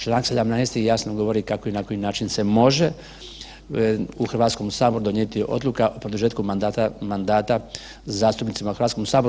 Čl. 17. jasno govori kako i na koji način se može u Hrvatskom saboru donijeti odluka o produžetku mandata zastupnicima u Hrvatskom saboru.